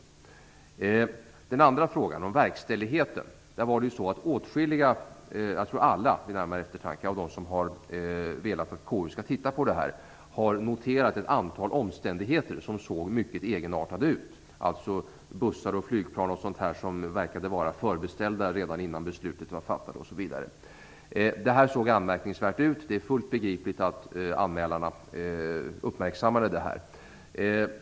Så till den andra frågan, den om verkställigheten. Där var det ju så att åtskilliga, jag tror vid närmare eftertanke alla, av de som velat att KU skall titta på detta, har noterat ett antal omständigheter som såg mycket egenartade ut. Det handlar om bussar, flygplan och sådant som verkade vara förbeställda redan innan beslutet var fattat osv. Detta såg anmärkningsvärt ut. Det är fullt begripligt att anmälarna uppmärksammade det.